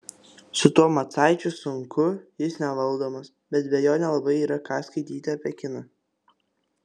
su tuo macaičiu sunku jis nevaldomas bet be jo nelabai yra ką skaityti apie kiną